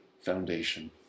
foundation